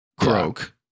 croak